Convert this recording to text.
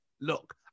look